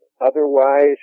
Otherwise